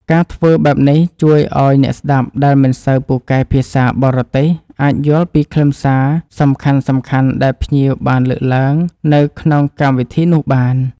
ការធ្វើបែបនេះជួយឱ្យអ្នកស្តាប់ដែលមិនសូវពូកែភាសាបរទេសអាចយល់ពីខ្លឹមសារសំខាន់ៗដែលភ្ញៀវបានលើកឡើងនៅក្នុងកម្មវិធីនោះបាន។